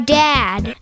dad